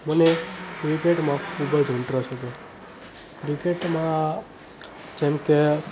મને ક્રિકેટમાં ખૂબ જ ઈન્ટ્રસ્ટ હતો ક્રિકેટમાં જેમ કે